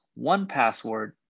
OnePassword